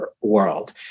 world